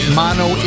mono